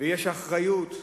ויש אחריות.